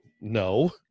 no